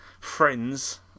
friends